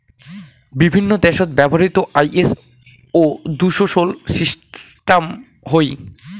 বিভিন্ন দ্যাশত ব্যবহৃত আই.এস.ও দুশো ষোল সিস্টাম হই